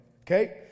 okay